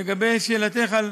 לגבי שאלתך על